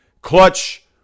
clutch